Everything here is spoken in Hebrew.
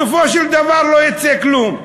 בסופו של דבר לא יצא כלום.